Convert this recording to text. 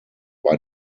bei